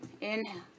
Inhale